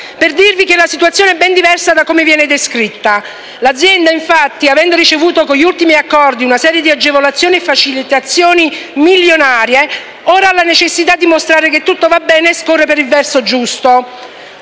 per dirvi che la situazione è ben diversa da come viene descritta. L'azienda, infatti, avendo ricevuto con gli ultimi accordi una serie di agevolazioni e facilitazioni milionarie, ora ha la necessità di mostrare che tutto va bene e scorre per il verso giusto.